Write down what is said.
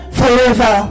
forever